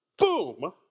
Boom